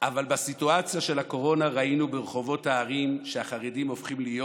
אבל בסיטואציה של הקורונה ראינו ברחובות הערים שהחרדים הופכים להיות,